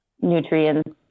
nutrients